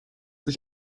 sich